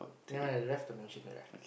never mind left the